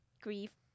grief